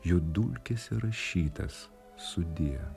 jų dulkėse rašytas sudie